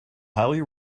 highly